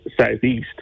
southeast